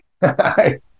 Hi